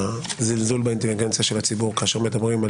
הזלזול באינטליגנציה של הציבור כאשר מדברים על